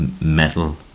metal